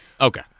okay